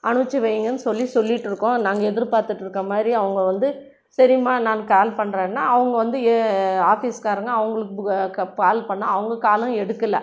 அனுப்பிச்சி வைங்கன்னு சொல்லி சொல்லிகிட்டுருக்கோம் நாங்கள் எதிர்பார்த்துட்டு இருக்க மாதிரி அவங்க வந்து சரிம்மா நாங்கள் கால் பண்ணுறேன்னா அவங்க வந்து ஏ ஆஃபீஸ்க்காரங்கள் அவங்களுக்கு கால் பண்ணால் அவங்க காலும் எடுக்கல